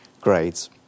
grades